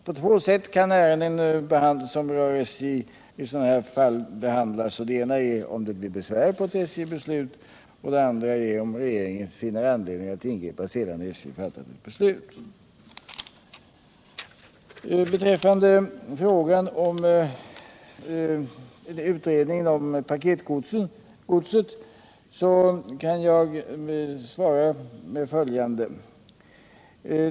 På två sätt kan ärenden som rör SJ behandlas i sådana fall. Det ena är om det blir besvär över SJ:s beslut, och det andra om regeringen finner anledning ingripa sedan SJ fattat beslut. Beträffande frågan om utredning om paketgodset kan jag svara följande.